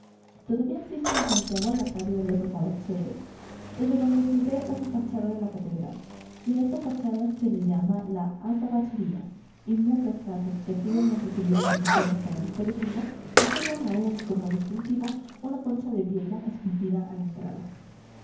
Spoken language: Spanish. todavía existe en santiago la calle de los azabacheros desde donde se ve una fachada de la catedral y a esta fachada se la llama la azabachería y muchas casas que antiguamente sirvieron de mesones para los peregrinos conservan aún como distintivo una concha de vieira esculpida a la entrada